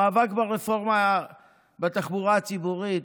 המאבק ברפורמה בתחבורה הציבורית,